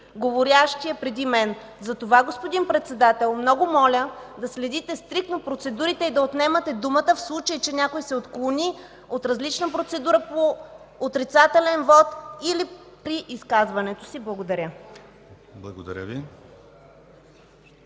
говорещият преди мен. Затова, господин Председател, много моля да следите стриктно процедурите и да отнемате думата в случай, че някой се отклони от различна процедура по отрицателен вот или при изказването си. Благодаря. ПРЕДСЕДАТЕЛ